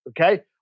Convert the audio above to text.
Okay